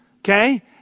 Okay